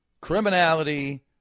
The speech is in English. criminality